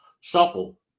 shuffle